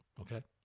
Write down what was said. Okay